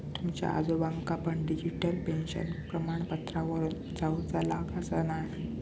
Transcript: तुमच्या आजोबांका पण डिजिटल पेन्शन प्रमाणपत्रावरून जाउचा लागाचा न्हाय